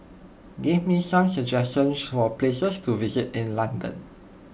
give me some suggestions for places to visit in London